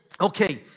Okay